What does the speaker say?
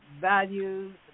values